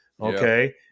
okay